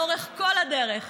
לאורך כל הדרך.